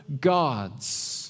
gods